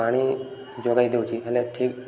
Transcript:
ପାଣି ଯୋଗାଇ ଦେଉଛି ହେଲେ ଠିକ୍